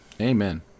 Amen